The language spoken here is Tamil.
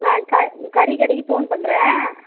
நான் க கறி கடைக்கு ஃபோன் பண்ணுறேன்